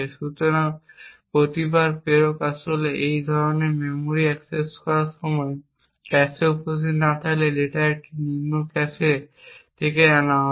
সুতরাং প্রতিবার প্রেরক আসলে এই ধরনের মেমরি অ্যাক্সেস করার সময় ক্যাশে উপস্থিত না থাকলে ডেটা একটি নিম্ন ক্যাশে থেকে আনা হবে